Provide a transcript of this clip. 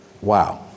Wow